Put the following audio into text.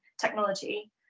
technology